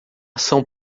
ação